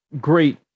great